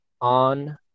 on